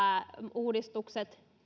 uudistukset